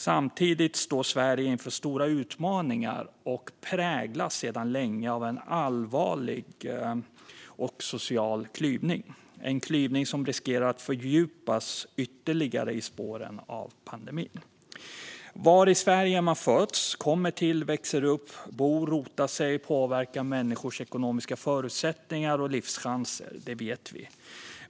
Samtidigt står Sverige inför stora utmaningar och präglas sedan länge av en allvarlig social klyvning, en klyvning som riskerar att fördjupas ytterligare i spåren av pandemin. Var i Sverige man föds, vart man kommer och var man växer upp, bor och rotar sig påverkar människors ekonomiska förutsättningar och livschanser. Det vet vi.